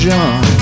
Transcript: John